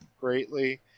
greatly